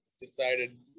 decided